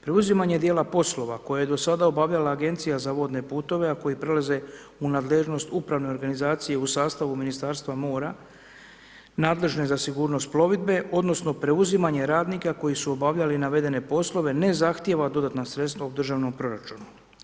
Preuzimanjem dijela poslova koje je do sada obavljala Agencija za vodne puteve, a koji prelaze u nadležnost upravne organizacije u sastavu Ministarstva mora, nadležne za sigurnost plovidbe odnosno preuzimanje radnika koji su obavljali navedene poslove ne zahtjeva dodatna sredstava u Državnom proračunu.